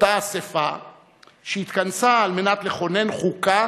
אותה אספה שהתכנסה כדי לכונן חוקה